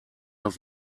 auf